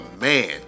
man